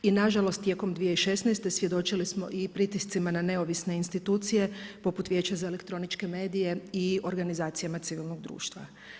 I nažalost tijekom 2016. svjedočili smo i pritiscima na neovisne institucije poput Vijeća za elektroničke medije i organizacijama civilnog društva.